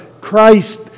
Christ